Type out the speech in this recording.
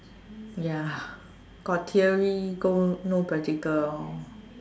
ya got theory go no practical lor